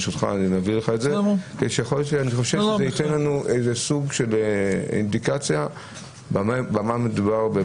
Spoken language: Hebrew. זה ייתן לנו סוג של אינדיקציה במה מדובר.